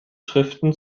schriften